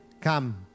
come